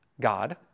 God